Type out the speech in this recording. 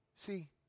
See